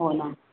हो ना